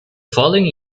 following